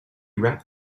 wrapped